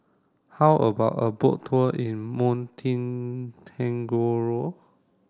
how about a boat tour in Montenegro